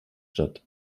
statt